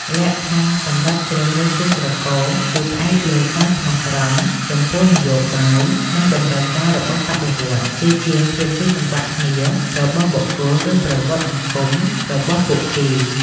លក្ខខណ្ឌសម្រាប់ជ្រើសរើសគូស្រករគឺផ្អែកលើការស្មោះត្រង់ចំពោះនយោបាយនិងតម្រូវការរបស់បដិវត្តន៍ ជាជាងភាពស៊ីសង្វាក់គ្នារបស់បុគ្គលឬប្រវត្តិសង្គមរបស់ពួកគេ។